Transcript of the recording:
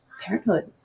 parenthood